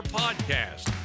podcast